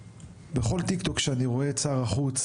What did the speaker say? ובכל טיק-טוק שאני רואה את שר החוץ,